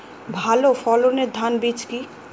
ভালো ফলনের ধান বীজ কি?